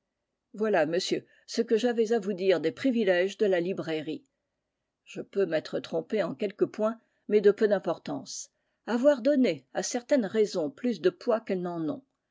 voilà monsieur ce que j'avais à vous dire des privilèges de la librairie je peux m'être trompé en quelques points mais de peu d'importance avoir donné à certaines raisons plus de poids qu'elles n'en ont